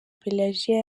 pelajiya